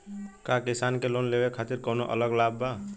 का किसान के लोन लेवे खातिर कौनो अलग लाभ बा?